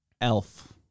Elf